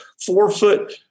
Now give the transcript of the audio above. four-foot